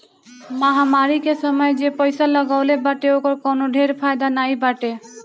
महामारी के समय जे पईसा लगवले बाटे ओकर कवनो ढेर फायदा नाइ बाटे